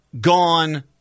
gone